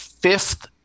Fifth